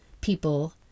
people